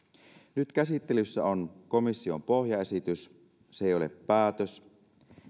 nyt käsittelyssä on komission pohjaesitys se ei ole päätös